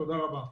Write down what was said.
תודה רבה.